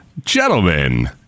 gentlemen